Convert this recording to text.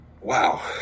Wow